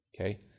Okay